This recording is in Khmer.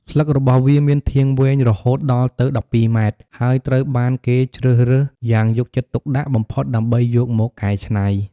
ស្លឹករបស់វាមានធាងវែងរហូតដល់ទៅ ១២ ម៉ែត្រ ហើយត្រូវបានគេជ្រើសរើសយ៉ាងយកចិត្តទុកដាក់បំផុតដើម្បីយកមកកែច្នៃ។